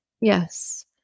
Yes